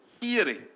hearing